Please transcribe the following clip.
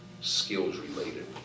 skills-related